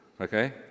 okay